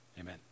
Amen